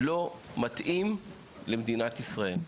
השאלה על איזה חוק עוברים,